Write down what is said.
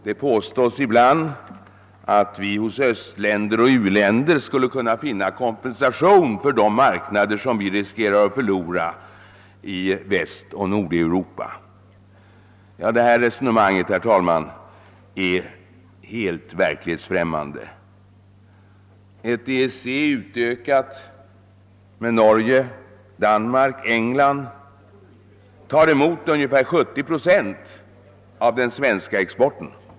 Det påstås ibland att vi hos östländer och u-länder skulle kunna finna kompensation för de marknader som vi riskerar att förlora i Västoch Nordeuropa. Det resonemanget är helt verklighetsfrämmande. Ett EEC utökat med Norge, Danmark och England tar för närvarande emot ungefär 70 procent av den svenska exporten.